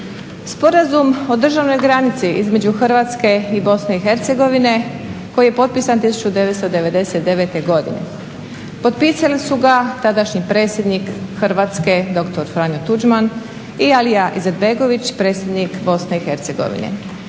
Sporazum o državnoj granici između Hrvatske i BiH koji je potpisan 1999. godine, potpisali su ga tadašnji predsjednik Hrvatske dr. Franjo Tuđman i Alija Izetbegović, predsjednik BiH, no